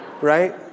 Right